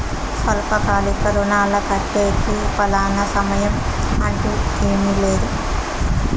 స్వల్పకాలిక రుణాలు కట్టేకి ఫలానా సమయం అంటూ ఏమీ లేదు